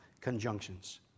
Conjunctions